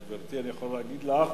גברתי אני יוכל להגיד לך